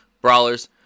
Brawlers